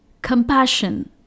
Compassion